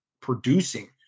producing